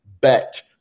bet